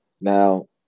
Now